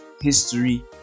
history